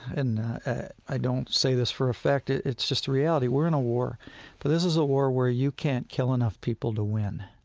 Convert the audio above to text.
and i don't say this for effect it's just a reality. we're in a war. but this is a war where you can't kill enough people to win